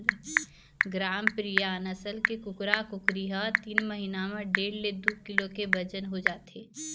ग्रामप्रिया नसल के कुकरा कुकरी ह तीन महिना म डेढ़ ले दू किलो के बजन हो जाथे